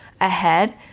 ahead